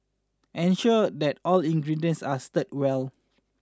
ensure that all ingredients are stirred well